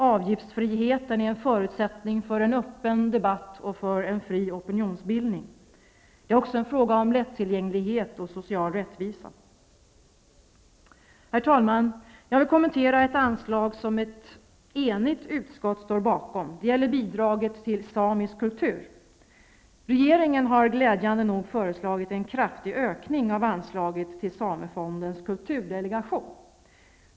Avgiftsfriheten är en förutsättning för en öppen debatt och för en fri opinionsbildning. Det är också en fråga om lättillgänglighet och social rättvisa. Herr talman! Jag vill kommentera ett anslag som ett enigt utskott står bakom. Det gäller bidraget till samisk kultur. Regeringen har glädjande nog föreslagit en kraftig ökning av anslaget till samefondens kulturdelegation.